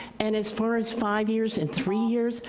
and as far as five years and three years,